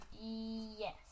Yes